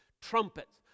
trumpets